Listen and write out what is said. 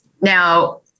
now